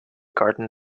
garden